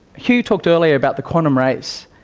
hugh talked earlier about the quantum race,